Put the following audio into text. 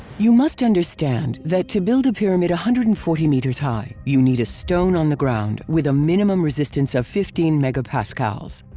you must understand that to build a pyramid one hundred and forty meters high, you need a stone on the ground with a minimum resistance of fifteen mega pascals.